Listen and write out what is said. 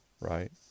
right